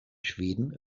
schweden